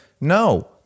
no